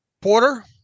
Porter